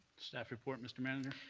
staff report, mr. manager.